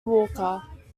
walker